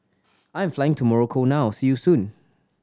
I am flying to Morocco now see you soon